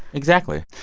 exactly.